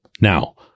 Now